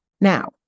Now